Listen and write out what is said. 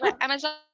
Amazon